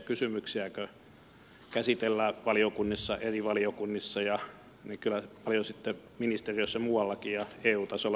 tämmöisiä kysymyksiä kun käsitellään eri valiokunnissa niin kyllä ne paljon sitten ministeriössä eu tasolla ja muuallakin byrokraatteja työllistävät